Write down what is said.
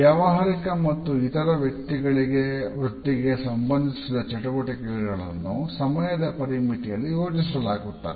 ವ್ಯವಹಾರಿಕ ಮತ್ತು ಇತರ ವೃತ್ತಿಗೆ ಸಂಬಂಧಿಸಿದ ಚಟುವಟಿಕೆಗಳನ್ನು ಸಮಯದ ಪರಿಮಿತಿಯಲ್ಲಿ ಯೋಜಿಸಲಾಗುತ್ತದೆ